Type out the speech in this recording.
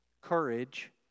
Courage